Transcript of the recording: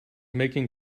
making